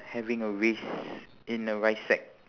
having a race in a rice sack